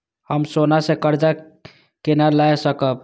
हम सोना से कर्जा केना लाय सकब?